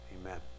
Amen